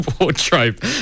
wardrobe